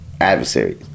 adversaries